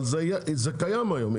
זה קיים היום.